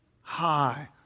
high